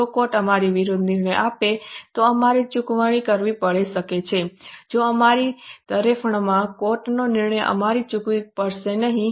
જો કોર્ટ અમારી વિરુદ્ધ નિર્ણય આપે તો અમારે ચૂકવણી કરવી પડી શકે છે જો અમારી તરફેણમાં કોર્ટનો નિર્ણય અમારે ચૂકવવો પડશે નહીં